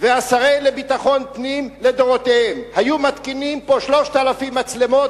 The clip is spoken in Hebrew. והשרים לביטחון פנים לדורותיהם היו מתקינים פה 3,000 מצלמות,